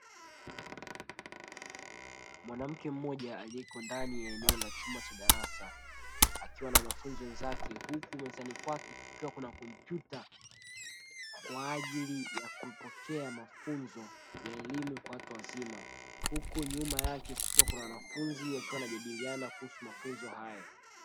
Mwanamke mmoja aliyeko ndani ya eneo la chumba cha darasa akiwa na wanafunzi wenzake, huku mezani kwake kukiwa na kompyuta kwa ajili ya kupokea mafunzo ya elimu kwa watu wazima, huku nyuma yake kukiwa na wanafunzi wakiwa wanajadiliana kuhusu mafunzo hayo.